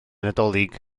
nadolig